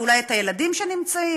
אולי את הילדים שנמצאים,